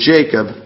Jacob